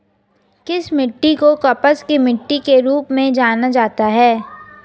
किस मिट्टी को कपास की मिट्टी के रूप में जाना जाता है?